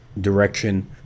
direction